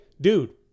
dude